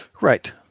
Right